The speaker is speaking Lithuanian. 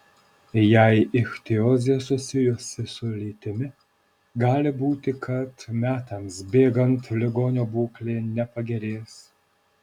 jei ichtiozė susijusi su lytimi gali būti kad metams bėgant ligonio būklė nepagerės